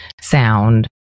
sound